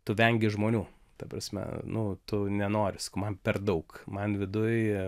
tu vengi žmonių ta prasme nu tu nenori sakau man per daug man viduj